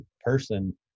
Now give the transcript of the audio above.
person